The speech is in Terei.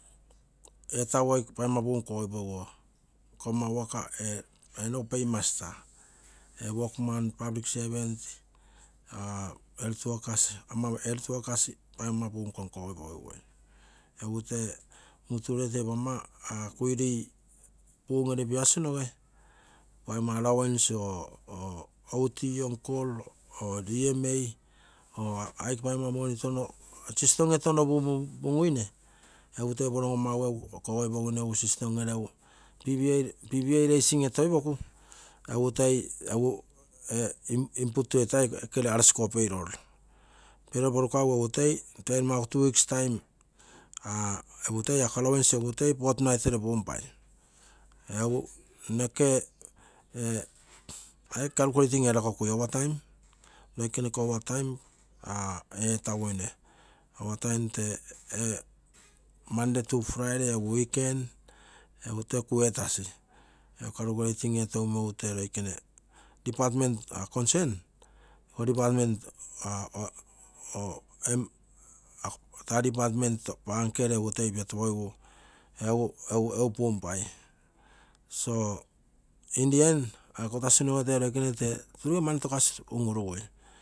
Ee taguoio poigommoi puum kogogoipogiguo, nkomma waka enogu pay master, egu work man public servant, health workers, ama iko health workers paigomnoa puum konkogogoipogigui egu tee paiga quire konkogogoipogiguo, pun ere piasinoge paigomma allowance or otm call or dma or aike paigomma system ee tou pupunpoipunguine. Egu tee opo rogoimagu egu system gere tpa raising etoipoku. egu toi input etai okegere all scroll payroll, payroll poru kagu, egu paigomma allowance egu toi forthnight ere punpai egu neke ee aike calculating erakokui overtime. ioikene iko over time etaguine overtime ee monday to friday egu ee weekend egu, tee kuu etasi calculating, tee ioikene department concern, taa department pan' kegene toi piotopogigu, egu punpai so in the end tee ioikene tee ugunu mani tokasinoge un-urugu.